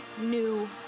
new